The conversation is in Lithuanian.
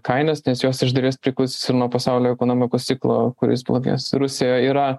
kainas nes jos iš dalies priklausys ir nuo pasaulio ekonomikos ciklo kuris blogės rusija yra